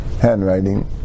handwriting